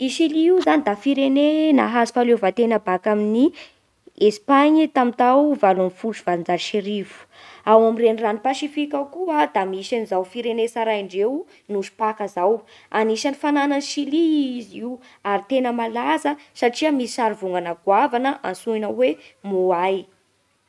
I Silia io zany da firene nahazo fahaleovan-tena baka amin'ny Espagne tamin'ny tao valo ambin'ny folo sy valonjato sy arivo. Ao amin'ny renirano pasifika ao koa da misy an'izao firene tsaraindreo nosy paka izao. Anisan'ny fananan'i Silia i izy io ary tena malaza satria misy sarivongana goavana antsoina hoe moay.